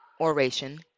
oration